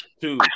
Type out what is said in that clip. two